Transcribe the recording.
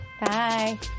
Bye